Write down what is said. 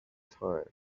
time